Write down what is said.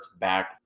back